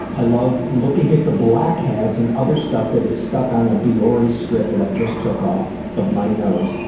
i love looking at the blackheads and other stuff that is stuck on the biore strip that i just took off of my nose.